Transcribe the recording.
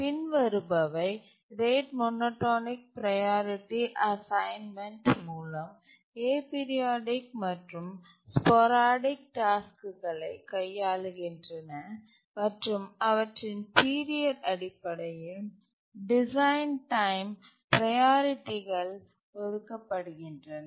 பின்வருபவை rate monotonic priority assignment மூலம் aperiodic மற்றும் ஸ்போரடிக் டாஸ்க்குளை கையாளுகின்றன மற்றும் அவற்றின் பீரியட் அடிப்படையில் டிசைன் டைமில் ப்ரையாரிட்டிகள் ஒதுக்க படுகின்றன